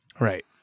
Right